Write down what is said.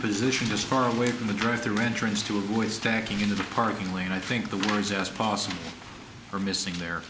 positioned as far away from the drive thru entrance to avoid stacking in the parking lot and i think the ones as possible are missing their